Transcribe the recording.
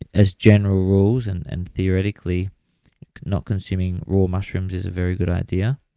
and as general rules and and theoretically not consuming raw mushrooms is a very good idea.